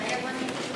מתחייבת אני